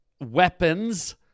weapons